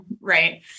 right